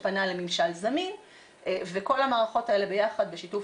שפנה לממשל זמין וכל המערכות האלה ביחד בשיתוף